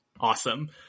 awesome